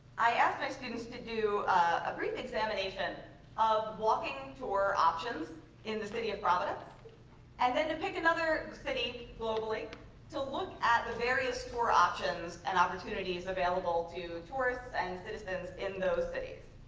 i asked my students to do a brief examination of walking tour options in the city of providence and then to pick another city globally to look at the various tour options and opportunities available to tourists and citizens in those cities.